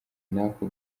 n’ako